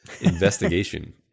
investigation